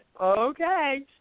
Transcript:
okay